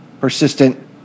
persistent